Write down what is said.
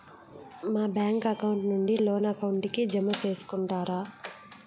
మా bank account నుండి loan account కి జామ సేసుకుంటారా?